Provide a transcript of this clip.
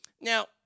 Now